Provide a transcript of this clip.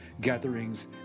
gatherings